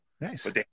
Nice